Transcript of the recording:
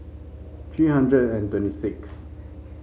three hundred and twenty six